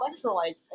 electrolytes